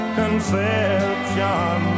conception